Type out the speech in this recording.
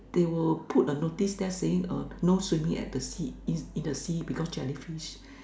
they will put a notice there saying uh no swimming at the sea in in the sea because jellyfish